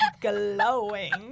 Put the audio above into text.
glowing